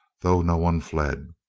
though no one fled.